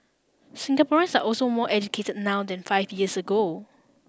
Singaporeans are also more educated now than five years ago